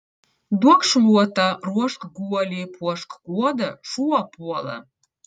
duok šluotą ruošk guolį puošk kuodą šuo puola